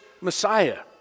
Messiah